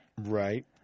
Right